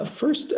First